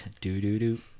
Do-do-do